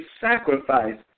sacrifice